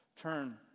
Turn